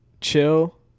Chill